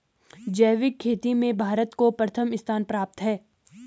जैविक खेती में भारत को प्रथम स्थान प्राप्त है